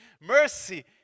mercy